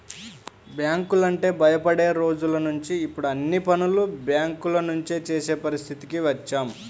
బ్యాంకులంటే భయపడే రోజులనుంచి ఇప్పుడు అన్ని పనులు బ్యేంకుల నుంచే చేసే పరిస్థితికి వచ్చాం